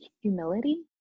humility